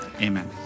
Amen